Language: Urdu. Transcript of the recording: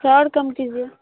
تھوڑا اور کم کیجیے